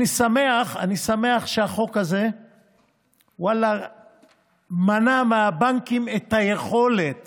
אני שמח שהחוק הזה מנע מהבנקים את היכולת